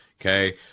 Okay